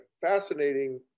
Fascinating